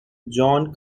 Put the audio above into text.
john